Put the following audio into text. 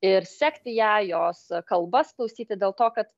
ir sekti ją jos kalbas klausyti dėl to kad